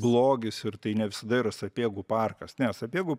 blogis ir tai ne visada yra sapiegų parkas ne sapiegų